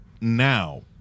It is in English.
Now